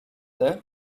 here